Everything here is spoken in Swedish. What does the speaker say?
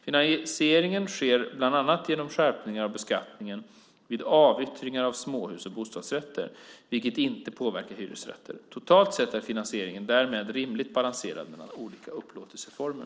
Finansieringen sker bland annat genom skärpningar av beskattningen vid avyttring av småhus och bostadsrätter, vilket inte påverkar hyresrätter. Totalt sett är finansieringen därmed rimligt balanserad mellan olika upplåtelseformer.